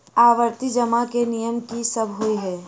आवर्ती जमा केँ नियम की सब होइ है?